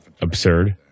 absurd